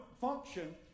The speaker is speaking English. function